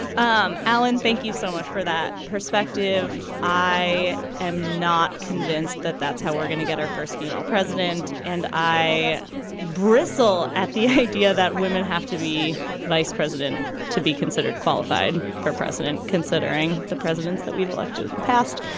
um allan thank you so much for that perspective. i am not convinced that that's how we're gonna get our first female president and i bristle at the idea that women have to be vice president to be considered qualified for president considering the presidents that we've elected in the past.